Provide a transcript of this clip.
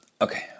Okay